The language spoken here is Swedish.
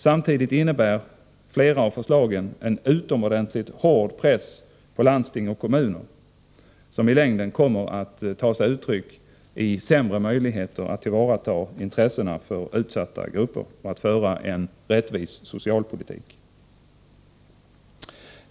Samtidigt innebär flera av förslagen en utomordentligt hård press på landsting och kommuner, som i längden kommer att ta sig uttryck i sämre möjligheter att tillvarata utsatta gruppers intressen och föra en rättvis social politik.